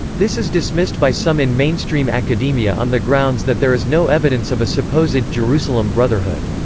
this is dismissed by some in mainstream academia on the grounds that there is no evidence of a supposed jerusalem brotherhood.